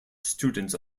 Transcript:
students